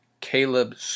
caleb